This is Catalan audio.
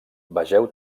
vegeu